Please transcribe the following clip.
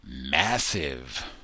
massive